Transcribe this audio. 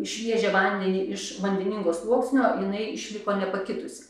į šviežią vandenį iš vandeningo sluoksnio jinai išliko nepakitusi